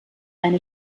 eine